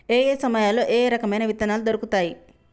ఏయే సమయాల్లో ఏయే రకమైన విత్తనాలు దొరుకుతాయి?